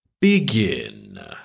begin